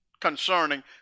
concerning